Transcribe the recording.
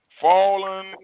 fallen